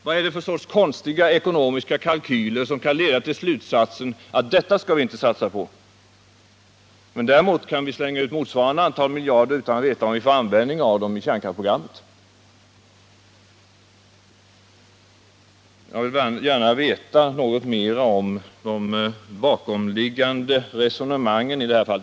Vad är det för sorts konstiga ekonomiska kalkyler som kan leda till slutsatsen att vi inte kan satsa på naturgas? Däremot kan vi på kärnkraftsprogrammet slänga ut motsvarande antal miljarder utan att veta om vi får användning för kärnkraften. Jag vill gärna veta mer om de bakomliggande resonemangen i detta fall.